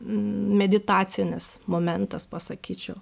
meditacinis momentas pasakyčiau